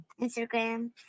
Instagram